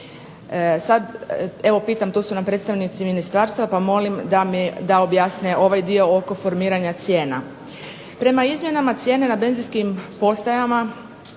Sada pitam, tu su nam predstavnici ministarstva pa vas molim da nam objasnite ovaj dio oko formiranja cijena. Prema izmjenama cijena na benzinskim postajama,